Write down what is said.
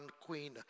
queen